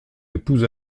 épouse